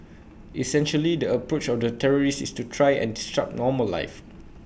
essentially the approach of the terrorists is to try and disrupt normal life